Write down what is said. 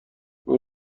اون